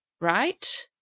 right